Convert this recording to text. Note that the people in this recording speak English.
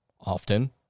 often